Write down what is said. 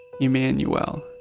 Emmanuel